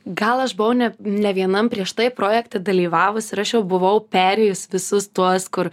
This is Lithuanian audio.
gal aš buvau ne ne vienam prieš tai projekte dalyvavus ir aš jau buvau perėjus visus tuos kur